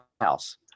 house